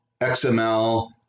XML